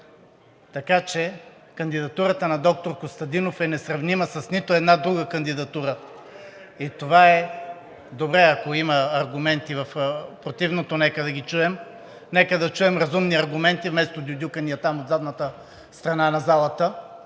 Така че кандидатурата на доктор Костадинов е несравнима с нито една друга кандидатура и това е добре. Ако има аргументи в противното, нека да ги чуем. (Шум и реплики.) Нека да чуем разумни аргументи, вместо дюдюкания от задната страна на залата.